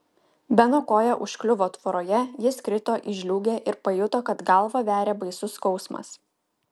beno koja užkliuvo tvoroje jis krito į žliūgę ir pajuto kad galvą veria baisus skausmas